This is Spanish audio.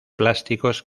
plásticos